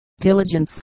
Diligence